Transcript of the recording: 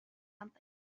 company